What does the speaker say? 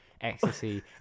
ecstasy